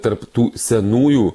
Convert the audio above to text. tarp tų senųjų